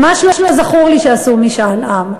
ממש לא זכור לי שעשו משאל עם.